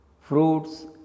Fruits